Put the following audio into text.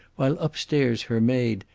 while upstairs, her maid,